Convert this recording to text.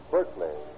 Berkeley